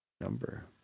number